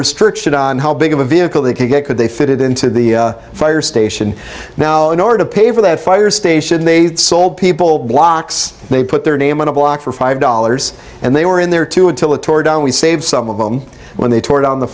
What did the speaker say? restriction on how big of a vehicle they could get could they fit it into the fire station now in order to pay for that fire station they sold people blocks they put their name on a block for five dollars and they were in there too until it tore down we saved some of them when they tore down the